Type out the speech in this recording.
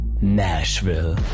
Nashville